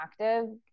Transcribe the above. active